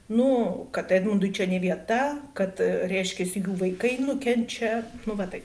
nuo kad edmundui čia ne vieta kad reiškiasi jų vaikai nukenčia nu va taip